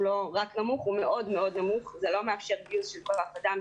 הוא לא רק נמוך אלא הוא מאוד מאוד נמוך וזה לא מאפשר גיוס של כוח אדם,